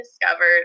discovered